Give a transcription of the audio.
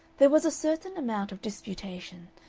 there was a certain amount of disputation,